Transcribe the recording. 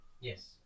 Yes